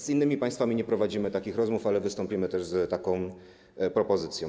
Z innymi państwami nie prowadzimy takich rozmów, ale wystąpimy też z taką propozycją.